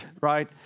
Right